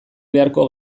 beharko